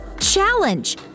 challenge